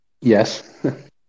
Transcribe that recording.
Yes